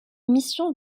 mission